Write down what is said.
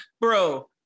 bro